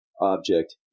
object